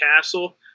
Castle